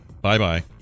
Bye-bye